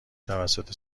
توسط